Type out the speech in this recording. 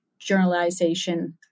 journalization